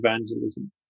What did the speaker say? evangelism